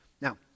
Now